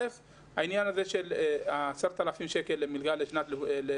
א', העניין של ה- 10,000 שקלים למלגה לשנה.